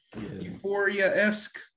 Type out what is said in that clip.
Euphoria-esque